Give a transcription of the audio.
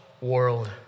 world